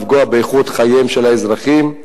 לפגוע באיכות חייהם של האזרחים,